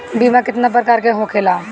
बीमा केतना प्रकार के होखे ला?